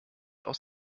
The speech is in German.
aus